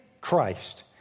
Christ